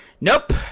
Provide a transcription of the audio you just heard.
Nope